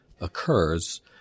occurs